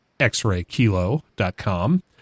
xraykilo.com